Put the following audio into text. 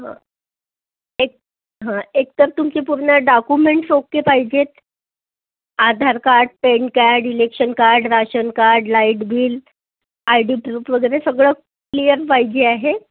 एक एक तर तुमची पूर्ण डाक्युमेंट्स ओके पाहिजेत Aadhaar card PAN card election card ration card light bill I D proof वगैरे सगळं क्लियर पाहिजे आहे